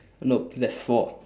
no there's four